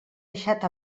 deixat